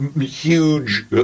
huge